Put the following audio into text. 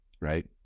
right